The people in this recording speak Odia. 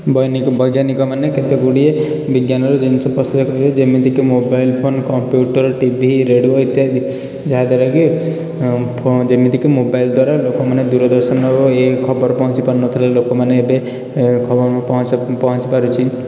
ବୈନିକ ବୈଜ୍ଞାନିକମାନେ କେତେଗୁଡ଼ିଏ ବିଜ୍ଞାନର ଜିନିଷ ଯେମିତିକି mobile phone computer TV radio ଇତ୍ୟାଦି ଯାହାଦ୍ୱାରା କି ଫୋ ଯେମିତିକି ମୋବାଇଲ୍ ଦ୍ୱାରା ଲୋକମାନେ ଦୂରଦର୍ଶନର ଇଏ ଖବର ପହଞ୍ଚି ପାରୁନଥିଲା ଲୋକମାନେ ଏବେ ଖବର ପହଞ୍ଚ ପହଞ୍ଚି ପାରୁଛି